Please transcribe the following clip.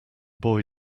boy